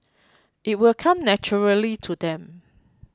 it will come naturally to them